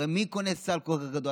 הרי מי קונה סל כל כך גדול?